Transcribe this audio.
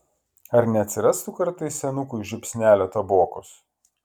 ar neatsirastų kartais senukui žiupsnelio tabokos